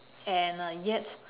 and uh yet